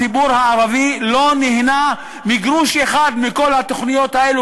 הציבור הערבי לא נהנה מגרוש אחד בכל התוכניות האלה,